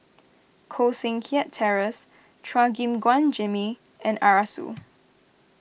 Koh Seng Kiat Terence Chua Gim Guan Jimmy and Arasu